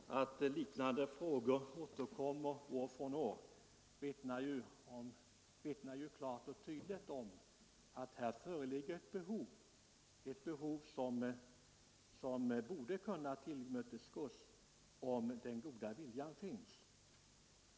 Herr talman! Att liknande frågor återkommer år från år vittnar ju klart och tydligt om att här föreligger ett behov, ett behov som borde kunna tillmötesgås — om den goda viljan finns.